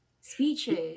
speeches